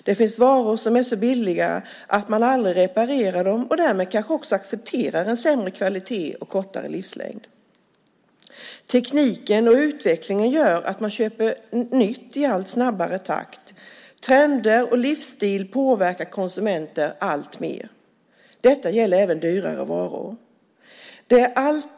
Det finns varor som är så billiga att man aldrig reparerar dem och därmed kanske också accepterar sämre kvalitet och kortare livslängd. Tekniken och utvecklingen gör att man köper nytt i allt snabbare takt, och trender och livsstil påverkar konsumenter alltmer. Detta gäller även dyrare varor.